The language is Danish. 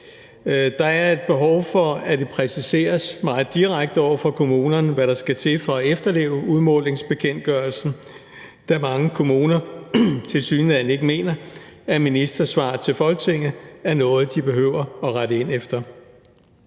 Der er et behov for, at det præciseres meget direkte over for kommunerne, hvad der skal til for at efterleve udmålingsbekendtgørelsen, da mange kommuner tilsyneladende ikke mener, at ministersvar til Folketinget er noget, de behøver rette ind efter.